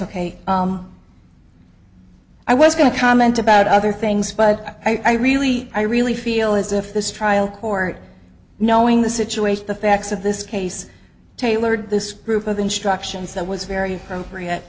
ok i was going to comment about other things but i really i really feel as if this trial court knowing the situation the facts of this case tailored this group of instructions that was very appropriate